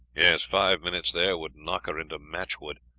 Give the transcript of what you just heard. yes, five minutes there would knock her into matchwood.